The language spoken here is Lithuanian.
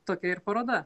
tokia ir paroda